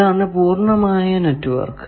ഇതാണ് പൂർണമായ നെറ്റ്വർക്ക്